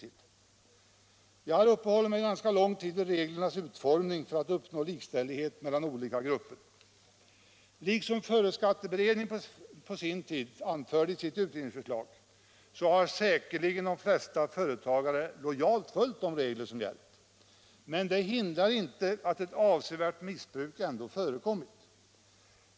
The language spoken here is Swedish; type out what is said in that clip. Jag har här uppehållit mig ganska lång tid vid hur man utformat reglerna för att uppnå likställighet mellan olika grupper. Liksom företagsskatteberedningen på sin tid anförde i sitt utredningsförslag har säkerligen de flesta företagare lojalt följt de regler som gällt, men det hindrar inte att ett avsevärt missbruk ändå förekommit.